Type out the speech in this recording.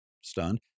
stunned